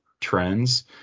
trends